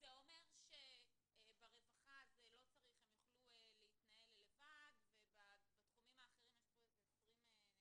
אומר שברווחה לא צריך והם יוכלו להתנהל לבד ובתחומים האחרים יתנהלו